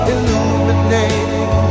Illuminating